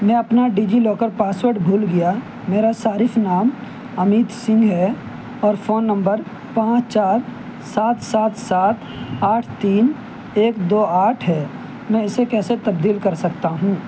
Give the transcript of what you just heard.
میں اپنا DigiLocker password بھول گیا میرا صارف نام امیت سنگھ ہے اور فون نمبر پانچ چار سات سات سات آٹھ تین ایک دو آٹھ ہے میں اسے کیسے تبدیل کر سکتا ہوں